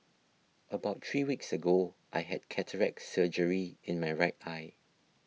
about three weeks ago I had cataract surgery in my right eye